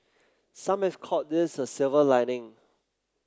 some have called this a silver lining